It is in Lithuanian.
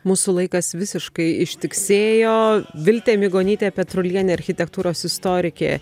mūsų laikas visiškai ištiksėjo viltė migonytė petrulienė architektūros istorikė